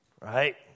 right